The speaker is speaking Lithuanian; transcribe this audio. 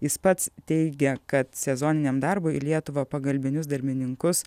jis pats teigia kad sezoniniam darbui į lietuvą pagalbinius darbininkus